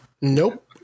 nope